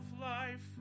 life